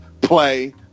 Play